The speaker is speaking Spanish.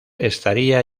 estaría